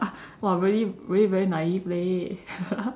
!wah! really really very naive leh